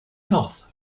health